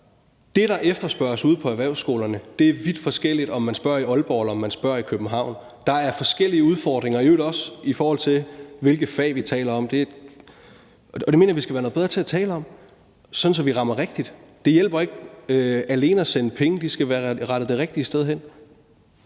det, der efterspørges ude på erhvervsskolerne, er vidt forskelligt, om man spørger i Aalborg, eller man spørger i København. Der er forskellige udfordringer, i øvrigt også i forhold til hvilke fag vi taler om, og det mener jeg vi skal være bedre til at tale om, sådan at vi rammer rigtigt. Det hjælper ikke alene at sende penge – de skal også være rettet det rigtige sted hen.